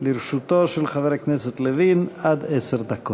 לרשותו של חבר הכנסת לוין עד עשר דקות.